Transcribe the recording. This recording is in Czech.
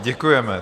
Děkujeme.